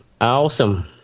awesome